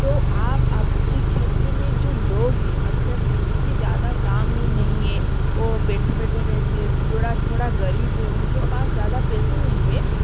तो आप आपकी क्षेत्र में जो लोग हैं मतलब जिनका ज़्यादा काम नहीं है ओ बैठे बैठे रहते हैं जोड़ा थोड़ा गरीब हैं उनके पास ज़्यादा पैसे नहीं है